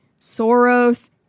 Soros